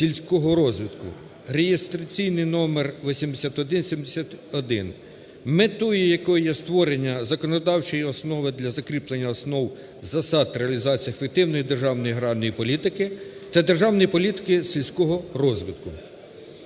(реєстраційний номер 8171), метою якого є створення законодавчої основи для закріплення основних засад реалізації ефективної державної аграрної політики та державної політики сільського розвитку.